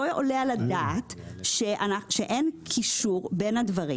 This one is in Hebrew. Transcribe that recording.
לא עולה על הדעת אין קישור בין הדברים.